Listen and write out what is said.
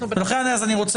אני רוצה